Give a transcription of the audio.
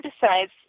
decides